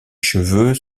cheveux